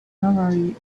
honorary